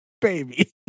baby